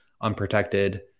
unprotected